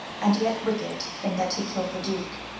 and yet wicked in that he killed the duke.